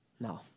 No